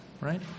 right